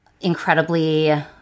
incredibly